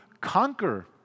conquer